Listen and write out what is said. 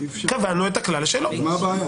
מה הבעיה?